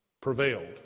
Prevailed